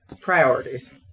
Priorities